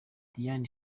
diane